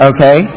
Okay